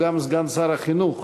שהוא גם סגן שר החינוך,